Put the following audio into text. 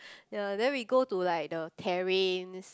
ya then we go to like the terrains